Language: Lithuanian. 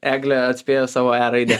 eglė atspėjo savo e raidę